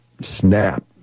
snap